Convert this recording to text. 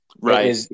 Right